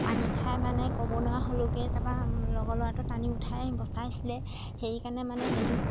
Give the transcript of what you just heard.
পানী খাই মানে ক'ব নোৱাৰা হ'লোঁগে তাৰপৰা লগৰ ল'ৰাটোৱে পানী উঠাই বচাইছিলে সেইকাৰণে মানে হেৰি